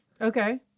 Okay